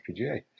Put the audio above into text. FPGA